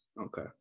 Okay